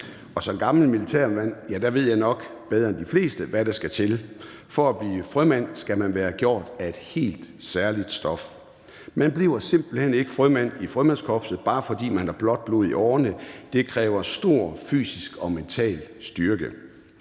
Som gammel militærmand ved jeg nok bedre end de fleste, hvad der skal til. For at blive frømand skal man være gjort af et helt særligt stof. Man bliver simpelt hen ikke frømand i Frømandskorpset, bare fordi man har blåt blod i årerne. Det kræver stor fysisk og mental styrke.